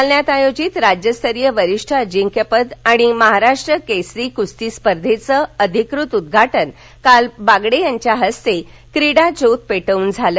जालन्यात आयोजित राज्यस्तरीय वरिष्ठ अजिंक्यपद आणि महाराष्ट्र केसरी स्पर्धेचं अधिकृत उदघाटन काल बागडे यांच्या हस्ते क्रीडा ज्योत पेटवून झालं